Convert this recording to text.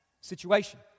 situation